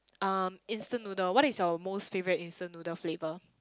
um instant noodle what is your most favourite instant noodle flavour